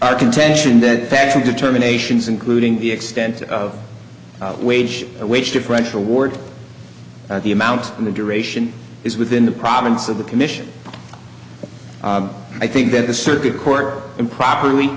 our contention that factual determinations including the extent of wage wage differential ward the amount and the duration is within the province of the commission i think that the circuit court improperly